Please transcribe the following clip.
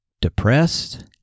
depressed